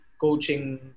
coaching